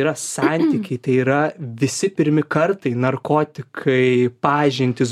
yra santykiai tai yra visi pirmi kartai narkotikai pažintys